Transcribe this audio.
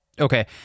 Okay